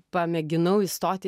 pamėginau įstoti